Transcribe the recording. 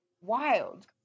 wild